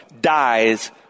dies